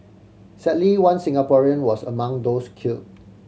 sadly one Singaporean was among those killed